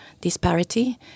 disparity